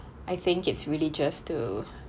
I think it's really just to